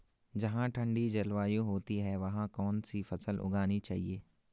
जहाँ ठंडी जलवायु होती है वहाँ कौन सी फसल उगानी चाहिये?